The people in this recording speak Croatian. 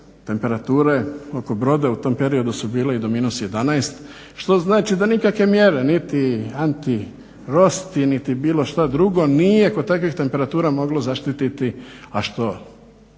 Temperature oko Broda u tom periodu su bile i do -11, što znači da nikakve mjere niti anti-rosti niti bilo što drugo nije kod takvih temperatura moglo zaštiti a što